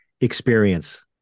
experience